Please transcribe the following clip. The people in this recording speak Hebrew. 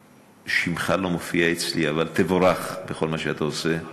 שמך לא מופיע אצלי, אבל תבורך בכל מה שאתה עושה.